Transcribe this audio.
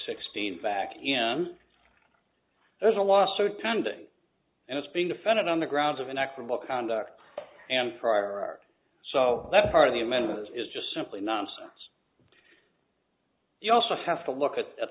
sixteen back in there's a lawsuit pending and it's being defended on the grounds of inexorable conduct and prior art so that part of the amendment is just simply nonsense you also have to look at